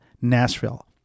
Nashville